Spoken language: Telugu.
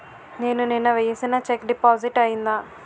నేను నిన్న వేసిన చెక్ డిపాజిట్ అయిందా?